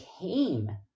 came